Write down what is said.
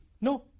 No